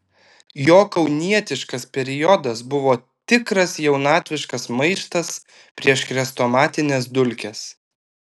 jo kaunietiškas periodas buvo tikras jaunatviškas maištas prieš chrestomatines dulkes